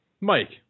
Mike